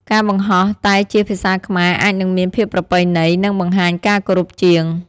ការបង្ហោះតែជាភាសាខ្មែរអាចនឹងមានភាពប្រពៃណី និងបង្ហាញការគោរពជាង។